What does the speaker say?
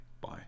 Bye